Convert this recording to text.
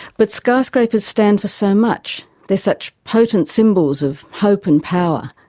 but skyscrapers stand for so much, they're such potent symbols of hope and power,